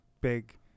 big